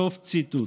סוף ציטוט.